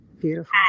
Beautiful